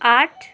आठ